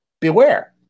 Beware